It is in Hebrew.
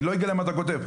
אני לא אגלה מה אתה כותב,